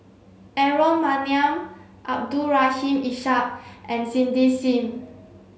Aaron Maniam Abdul Rahim Ishak and Cindy Sim